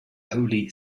holy